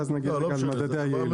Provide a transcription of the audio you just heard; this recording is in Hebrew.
ואז נגיע גם למדדי היעילות.